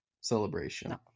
celebration